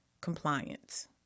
compliance